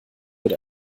wird